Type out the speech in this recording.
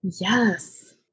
yes